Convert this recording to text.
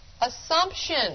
assumption